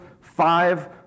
five